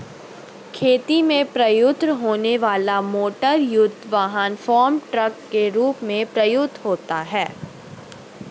खेती में प्रयुक्त होने वाला मोटरयुक्त वाहन फार्म ट्रक के रूप में प्रयुक्त होता है